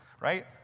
Right